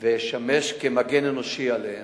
ואשמש כמגן אנושי עליהם.